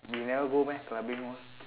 you never go meh clubbing all